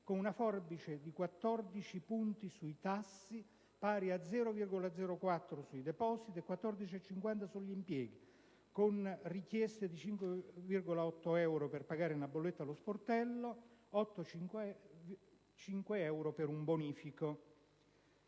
con una forbice di 14 punti sui tassi, pari allo 0,04 per cento sui depositi e al 14,5 per cento sugli impieghi, con richieste di 5,8 euro per pagare una bolletta allo sportello o di 8,5 euro per un bonifico.